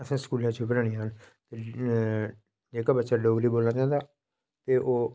असें स्कूलें च पढ़नियां न जेहका बच्चा डोगरी बोलना चाहंदा ओह्